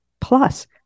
Plus